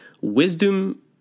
Wisdom